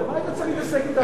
למה היית צריך להתעסק אתנו?